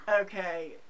Okay